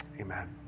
Amen